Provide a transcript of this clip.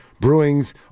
Brewing's